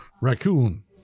raccoon